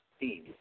team